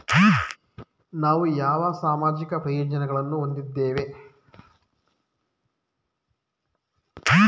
ನಾವು ಯಾವ ಸಾಮಾಜಿಕ ಪ್ರಯೋಜನಗಳನ್ನು ಹೊಂದಿದ್ದೇವೆ?